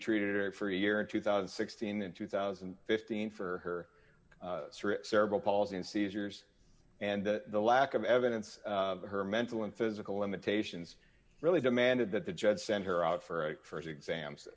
treated her for a year in two thousand and sixteen in two thousand and fifteen for her cerebral palsy and seizures and the lack of evidence of her mental and physical limitations really demanded that the judge send her out for a st exams